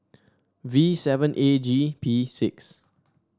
V seven A G P six